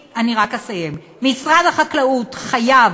משרד החקלאות חייב